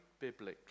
biblically